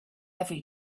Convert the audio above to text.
every